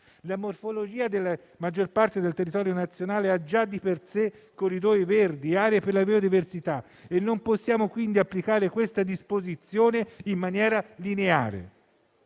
La morfologia della maggior parte del territorio nazionale ha già di per sé corridoi verdi e aree per la biodiversità e non possiamo quindi applicare questa disposizione in maniera lineare.